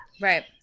right